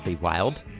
wild